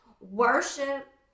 Worship